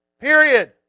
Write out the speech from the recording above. Period